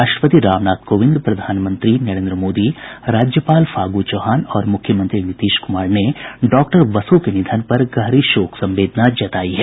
राष्ट्रपति रामनाथ कोविंद प्रधानमंत्री नरेन्द्र मोदी राज्यपाल फागू चौहान और मुख्यमंत्री नीतीश कुमार ने डॉक्टर बसू के निधन पर गहरी शोक संवेदना जतायी है